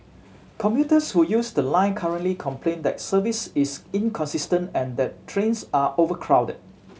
commuters who use the line currently complain that service is inconsistent and that trains are overcrowded